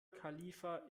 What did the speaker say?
khalifa